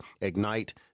ignite